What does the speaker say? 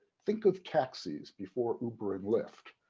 think of taxis before uber and lyft,